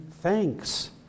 thanks